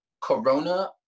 Corona